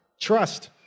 Trust